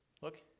Look